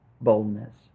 boldness